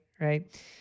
right